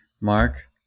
Mark